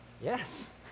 yes